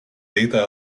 data